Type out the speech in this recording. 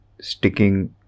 sticking